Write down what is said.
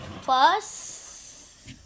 Plus